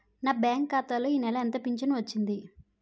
నా బ్యాంక్ ఖాతా లో ఈ నెల ఎంత ఫించను వచ్చింది?